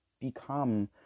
become